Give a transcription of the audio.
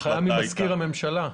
הנחיה ממזכיר הממשלה.